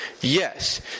Yes